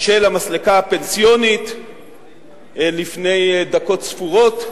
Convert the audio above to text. של המסלקה הפנסיונית לפני דקות ספורות.